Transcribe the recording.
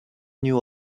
knew